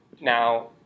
Now